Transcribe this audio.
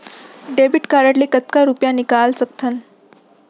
Debit card ले कतका रुपिया निकाल सकथन?